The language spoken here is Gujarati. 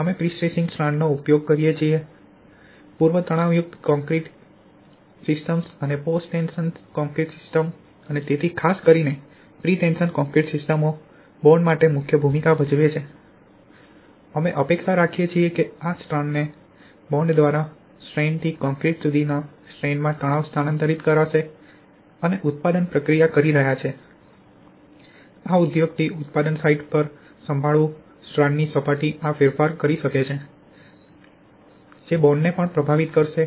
અમે પ્રિસ્ટ્રેસિંગ સ્ટ્રાન્ડનો ઉપયોગ કરીએ છીએ પૂર્વ તણાવયુક્ત કોંક્રિટ સિસ્ટમ્સ અને પોસ્ટ ટેન્શન કોંક્રિટ સિસ્ટમ્સ તેથી ખાસ કરીને પ્રીટેશન કોંક્રિટ સિસ્ટમો બોન્ડ માટે મુખ્ય ભૂમિકા ભજવે છે અમે અપેક્ષા રાખીએ છીએ કે આ સ્ટ્રાન્ડ ને બોન્ડ દ્વારા સ્ટ્રેન્ડથી કોંક્રિટ સુધીના સ્ટ્રેનમાં તણાવ સ્થાનાંતરિત કરાશે અને ઉત્પાદન પ્રક્રિયા કરી રહ્યા છે અને આ ઉદ્યોગથી ઉત્પાદન સાઇટ પર સંભાળવું સ્ટ્રાન્ડની સપાટી આ ફેરફાર કરી શકે છે જે બોન્ડને પણ પ્રભાવિત કરશે